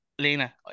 Lena